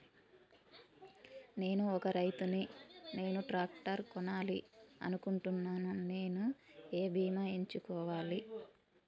నేను ఒక రైతు ని నేను ట్రాక్టర్ కొనాలి అనుకుంటున్నాను నేను ఏ బీమా ఎంచుకోవాలి?